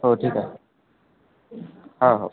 हो ठीक आहे हो हो